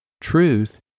truth